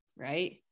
right